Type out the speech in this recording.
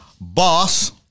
Boss